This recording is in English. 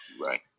right